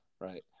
Right